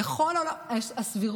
בכל העולם הסבירות,